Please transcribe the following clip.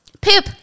Poop